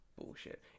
bullshit